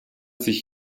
sich